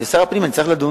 כשר הפנים אני צריך לדון.